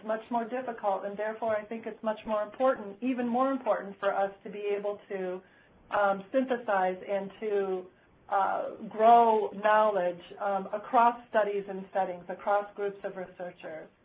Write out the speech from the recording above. much more difficult, and therefore i think it's much more important, even more important for us to be able to synthesize and to grow knowledge across studies and settings, across groups of researchers.